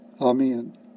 Amen